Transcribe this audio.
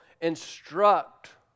instruct